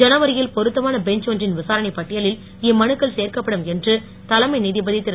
ஜனவரி யில் பொருத்தமான பெஞ்ச் ஒன்றின் விசாரணைப் பட்டியலில் இம்மனுக்கள் சேர்க்கப்படும் என்று தலைமை நீதிபதி திரு